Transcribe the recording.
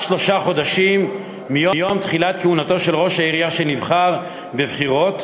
שלושה חודשים מיום תחילת כהונתו של ראש העירייה שנבחר בבחירות,